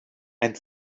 ein